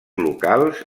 locals